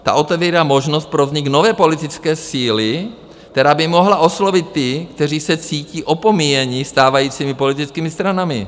Ta otevírá možnost pro vznik nové politické síly, která by mohla oslovit ty, kteří se cítí opomíjeni stávajícími politickými stranami.